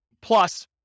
plus